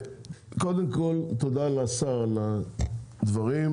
קודם כול, תודה לשר על הדברים.